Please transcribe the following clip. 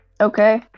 Okay